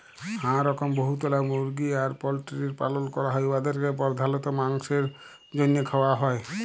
হাঁ রকম বহুতলা মুরগি আর পল্টিরির পালল ক্যরা হ্যয় উয়াদেরকে পর্ধালত মাংছের জ্যনহে খাউয়া হ্যয়